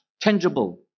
tangible